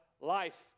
life